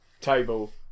table